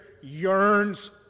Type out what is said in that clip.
yearns